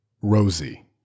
Rosie